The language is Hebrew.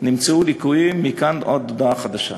נמצאו ליקויים מכאן ועד הודעה חדשה,